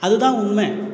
அது தான் உண்மை